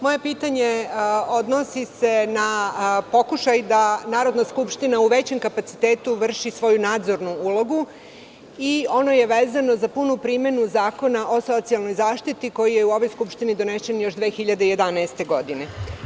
Moje pitanje odnosi se na pokušaj da Narodna skupština u većem kapacitetu vrši svoju nadzornu ulogu i ono je vezano za punu primenu Zakona o socijalnoj zaštiti, koji je u ovoj Skupštini donesen još 2012. godine.